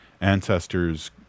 ancestors